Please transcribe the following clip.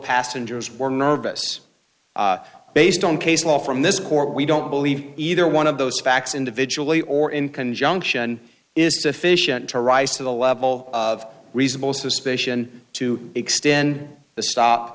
passengers were nervous based on case law from this court we don't believe either one of those facts individually or in conjunction is sufficient to rise to the level of reasonable suspicion to extend the stop